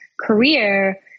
career